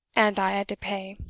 and i had to pay.